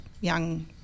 young